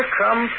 come